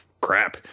crap